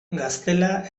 gaztela